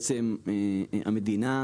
המדינה,